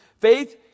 Faith